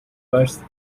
parts